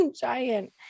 Giant